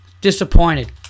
Disappointed